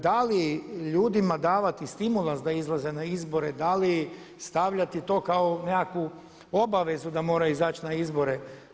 Da li ljudima davati stimulans da izlaze na izbore, da li stavljati to kao nekakvu obavezu da moraju izaći na izbore?